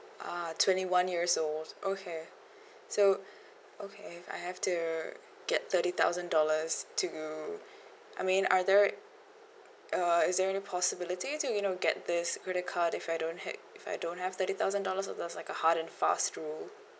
ah twenty one years old okay so okay if I have to get thirty thousand dollars to I mean are there uh is there any possibility to you know get this credit card if I don't have if I don't have thirty thousand dollars or that's like a hard and fast rule